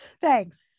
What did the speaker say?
Thanks